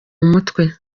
mutwe